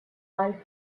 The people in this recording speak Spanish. hal